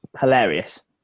hilarious